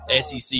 SEC